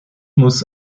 muss